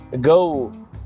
go